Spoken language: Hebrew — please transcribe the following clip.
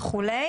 וכו',